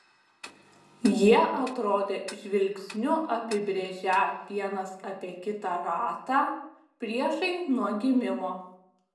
jie atrodė žvilgsniu apibrėžią vienas apie kitą ratą priešai nuo gimimo